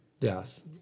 yes